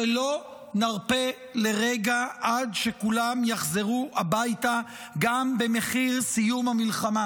שלא נרפה לרגע עד שכולם יחזרו הביתה גם במחיר סיום המלחמה.